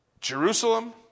Jerusalem